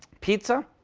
pizza.